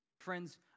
Friends